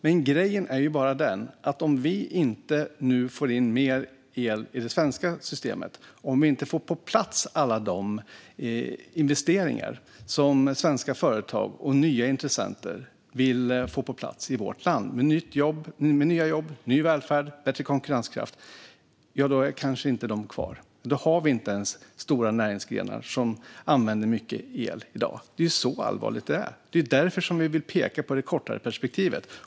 Men grejen är bara den att om vi inte nu får in mer el i det svenska systemet och inte får på plats alla de investeringar som svenska företag och nya intressenter vill få på plats i vårt land, med nya jobb, ny välfärd och bättre konkurrenskraft, kanske dessa inte blir kvar. Då har vi inte de stora näringsgrenar som använder mycket el i dag. Det är så allvarligt detta är. Det är därför vi vill peka på det kortare perspektivet.